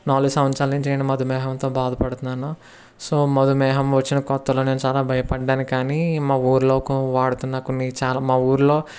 నాలుగు సంవత్సరాల నుంచి నేను మధుమేహంతో బాధపడుతున్నాను సో మధుమేహం వచ్చిన కొత్తలో నేను చాలా భయపడ్డాను కానీ మా ఊళ్ళో వాడుతున్న కొన్ని చా మా ఊళ్ళో